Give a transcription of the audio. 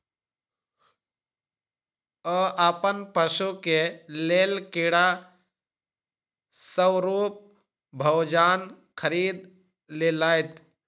ओ अपन पशु के लेल कीड़ा स्वरूप भोजन खरीद लेलैत